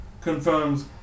confirms